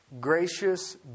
gracious